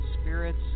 spirits